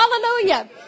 Hallelujah